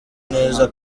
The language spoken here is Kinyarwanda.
neza